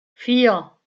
vier